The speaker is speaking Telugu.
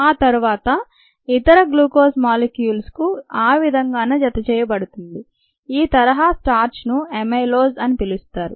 ఆ తరువాత ఇతర గ్లూకోజ్ మోలిక్యూల్స్కు ఆ విధంగానే జతచేయబడుతుంది ఈ తరహా స్టార్చ్ ను అమైలోస్ అని పిలుస్తారు